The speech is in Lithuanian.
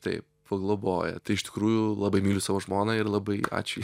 taip pagloboja tai iš tikrųjų labai myliu savo žmoną ir labai ačiū